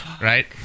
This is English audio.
right